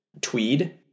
tweed